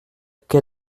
quai